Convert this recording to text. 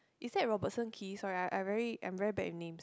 is that Robertson-Quay sorry I I very I'm very bad with names